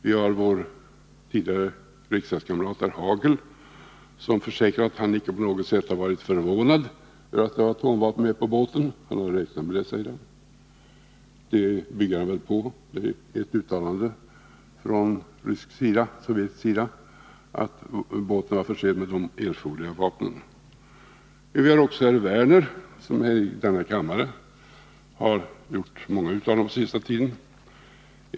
Vi har vår tidigare riksdagskamrat herr Hagel, som försäkrar att han icke på något sätt har varit förvånad över att det var atomvapen med på båten — han hade räknat med det, säger han. Det bygger han väl på ett uttalande från sovjetisk sida att båten var försedd med de erforderliga vapnen. Vi har också herr Werner, som här i denna kammare har gjort många uttalanden på sista tiden.